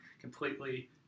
completely